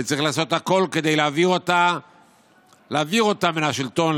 וצריך לעשות הכול כדי להעביר אותה מן השלטון,